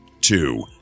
Two